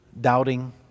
doubting